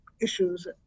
issues